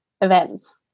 events